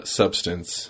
substance